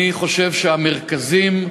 אני חושב שהמרכזים,